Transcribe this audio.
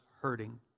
hurting